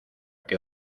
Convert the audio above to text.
que